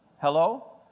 hello